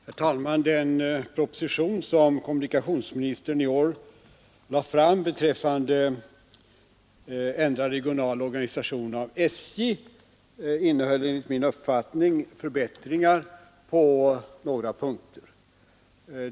Herr talman! Den proposition som kommunikationsministern i år har lagt fram beträffande ändrad regional organisation av SJ innehåller enligt min uppfattning förbättringar på några punkter.